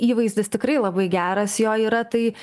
įvaizdis tikrai labai geras jo yra tai